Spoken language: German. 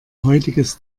heutiges